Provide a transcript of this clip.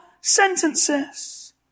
sentences